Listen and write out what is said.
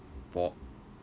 for